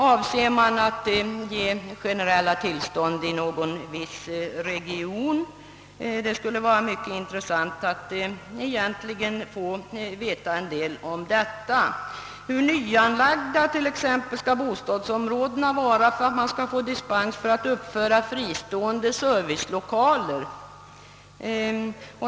Avser man att ge generella tillstånd i någon viss region? Det skulle vara myc ket intressant att få veta en del om detta. Hur nyanlagda skall till exempel bostadsområdena vara för att man skall få dispens att uppföra fristående servicelokaler?